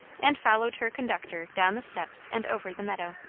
and followed her conductor down the steps and over the meadow.